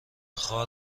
خوار